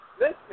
Listen